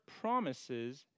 promises